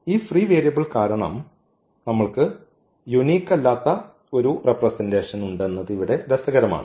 ഈ free variable കാരണം നമ്മൾക്ക് യൂണിക് അല്ലാത്ത ഒരു റെപ്രെസെന്റഷൻ ഉണ്ടെന്നത് ഇവിടെ രസകരമാണ്